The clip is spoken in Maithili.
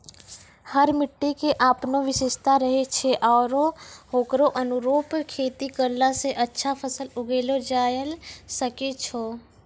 हर मिट्टी के आपनो विशेषता रहै छै आरो होकरो अनुरूप खेती करला स अच्छा फसल उगैलो जायलॅ सकै छो